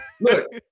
look